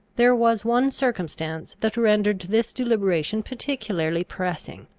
there was one circumstance that rendered this deliberation particularly pressing.